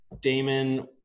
Damon